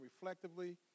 reflectively